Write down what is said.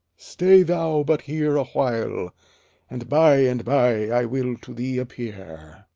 stay thou but here awhile, and by and by i will to thee appear.